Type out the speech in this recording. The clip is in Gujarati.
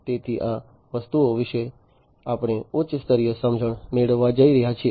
તેથી આ વસ્તુઓ વિશે આપણે ઉચ્ચ સ્તરીય સમજણ મેળવવા જઈ રહ્યા છીએ